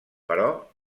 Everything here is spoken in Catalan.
però